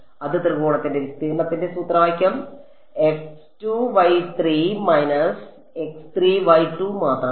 അത് ത്രികോണത്തിന്റെ വിസ്തീർണ്ണത്തിന്റെ സൂത്രവാക്യം മാത്രമാണ്